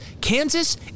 Kansas